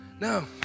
No